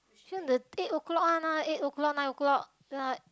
which one the eight O-clock one ah eight O-clock nine O-clock uh